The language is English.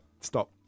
stop